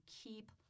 keep